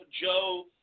Joe